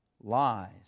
Lies